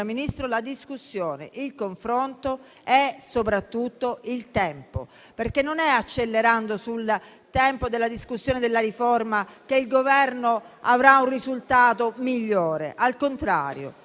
Ministro, la discussione, il confronto e soprattutto il tempo. Non è accelerando sul tempo della discussione della riforma che il Governo avrà un risultato migliore. Al contrario,